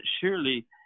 surely